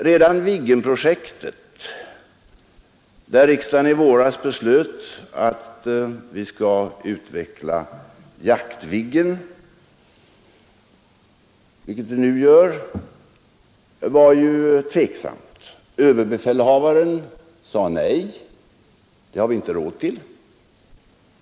Redan Viggenprojektet, inom vars ram riksdagen i våras beslöt att Jaktviggen skall utvecklas — vilket vi nu är i färd med — var ju tveksamt. Överbefälhavaren sade nej och ansåg att vi inte hade råd till det.